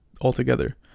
altogether